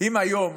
אם היום